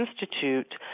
Institute